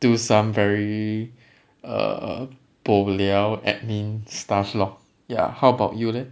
do some very err bo liao admin stuff lor ya how about you leh